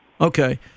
Okay